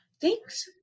Thanks